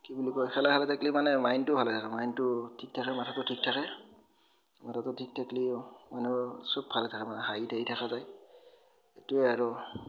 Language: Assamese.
কি বুলি কয় খেলা খেলি থাকিলে মানে মাইণ্ডটো ভালে থাকে মাইণ্ডটো ঠিক থাকে মাথাটোও ঠিক থাকে মাথাটো ঠিক থাকলিও মানুহৰ চব ভাল থাকে মানে হাঁহি তাহি থকা যায় সেইটোৱে আৰু